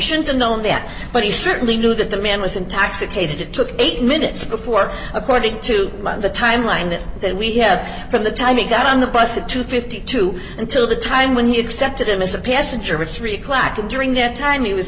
shouldn't have known that but he certainly knew that the man was intoxicated it took eight minutes before according to the timeline that we have from the time he got on the bus at two hundred and fifty two until the time when he accepted him as a passenger or three o'clock to during that time he was